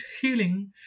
healing